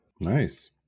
Nice